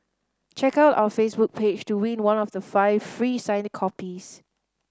check out our Facebook page to win one of the five free signed copies